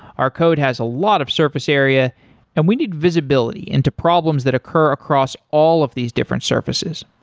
our code has a lot of surface area and we need visibility into problems that occur across all of these different surfaces.